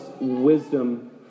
wisdom